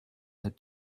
had